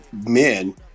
men